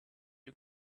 you